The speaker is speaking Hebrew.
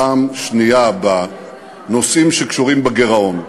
פעם שנייה בנושאים שקשורים בגירעון.